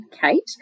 Kate